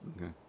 Okay